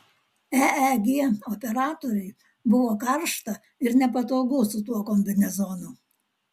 eeg operatoriui buvo karšta ir nepatogu su tuo kombinezonu